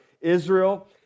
Israel